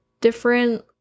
different